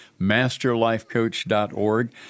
masterlifecoach.org